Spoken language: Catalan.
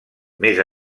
més